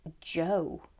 Joe